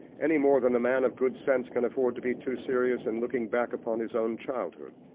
any more than a man of good sense can afford to be too serious in looking back upon his own childhood.